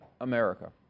America